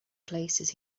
places